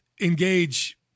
engage